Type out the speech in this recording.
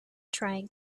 trying